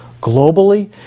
Globally